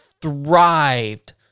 thrived